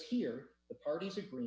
here the parties agree